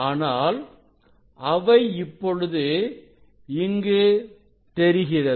ஆனால் அவை இப்பொழுது இங்கு தெரிகிறது